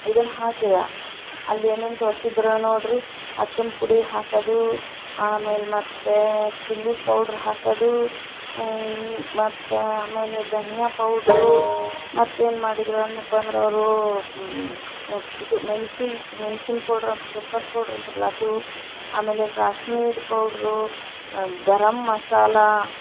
ಇದನ್ನು ಹಾಕಿದೆ ಅಲ್ಲಿ ಏನೇನು ತೋರಿಸಿದ್ರು ನೋಡಿರಿ ಅರ್ಶಿನ ಪುಡಿ ಹಾಕೋದು ಆಮೇಲೆ ಮತ್ತೆ ಚಿಲ್ಲಿ ಪೌಡ್ರ್ ಹಾಕೋದು ಮತ್ತೆ ಆಮೇಲೆ ಧನಿಯಾ ಪೌಡ್ರು ಮತ್ತೇನು ಮಾಡಿದ್ರನ್ನಿಪ್ಪಾಂದ್ರೆ ಅವರು ಇದು ಮೆಣ್ಸು ಮೆಣ್ಸಿನ ಪೌಡ್ರು ಅಂತ ಪೆಪ್ಪರ್ ಪೌಡ್ರು ಅಂತಾರಲ್ಲ ಅದು ಆಮೇಲೆ ಕಾಶ್ಮೀರಿ ಪೌಡ್ರು ಗರಮ್ ಮಸಾಲ